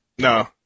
No